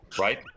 right